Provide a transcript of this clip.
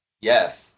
Yes